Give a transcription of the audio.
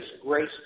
grace